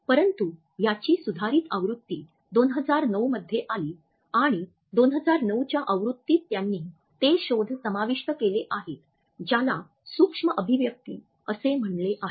परंतु याची सुधारित आवृत्ती २००९ मध्ये आली आणि २००९ च्या आवृत्तीत त्यांनी ते शोध समाविष्ट केले आहेत ज्याला 'सूक्ष्म अभिव्यक्ति' असे म्हणले आहे